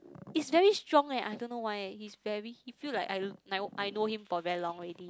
it's very strong eh I don't know why eh it's very he feel like I know him for very long already